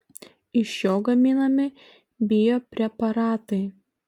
iš jo gaminami biopreparatai